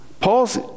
Paul's